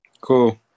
Cool